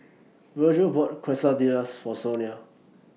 Vergil bought Quesadillas For Sonia